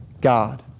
God